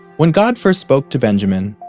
when god first spoke to benjamin,